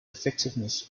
effectiveness